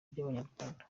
by’abanyarwanda